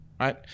Right